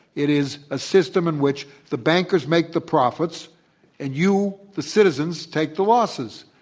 it is a system in which the bankers make the profits and you, the citizens, take the losses.